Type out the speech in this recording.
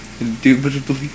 Indubitably